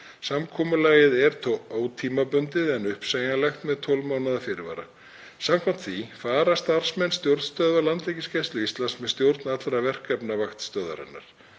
Samkomulagið er ótímabundið en uppsegjanlegt með 12 mánaða fyrirvara. Samkvæmt því fara starfsmenn stjórnstöðvar Landhelgisgæslu Íslands með stjórn allra verkefna vaktstöðvarinnar.